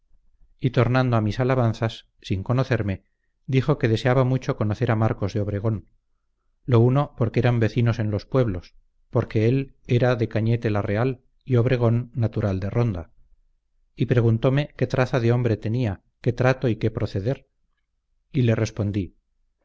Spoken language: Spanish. y tornando a mis alabanzas sin conocerme dijo que deseaba mucho conocer a marcos de obregón lo uno porque eran vecinos en los pueblos porque él era de cañete la real y obregón natural de ronda y preguntóme qué traza de hombre tenía qué trato y qué proceder y le respondí